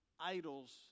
idols